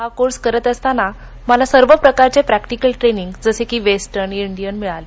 हा कोर्स करत असताना मला सर्व प्रकारचे प्रक्टिकल ट्रेनिंग जसे कि वेस्टर्न इंडियन मिळाले